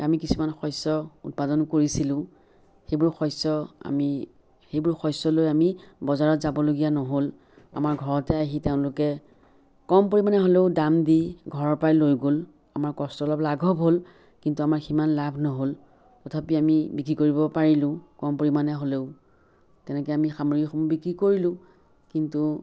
আমি কিছুমান শস্য উৎপাদন কৰিছিলোঁ সেইবোৰ শস্য আমি সেইবোৰ শস্য লৈ আমি বজাৰত যাবলগীয়া নহ'ল আমাৰ ঘৰতে আহি তেওঁলোকে কম পৰিমাণে হ'লেও দাম দি ঘৰৰ পৰাই লৈ গ'ল আমাৰ কষ্ট অলপ লাঘৱ হ'ল কিন্তু সিমান লাভ নহ'ল তথাপি আমি বিক্ৰী কৰিব পাৰিলোঁ কম পৰিমাণে হ'লেও তেনেকৈ আমি সামগ্ৰীসমূহ বিক্ৰী কৰিলো কিন্তু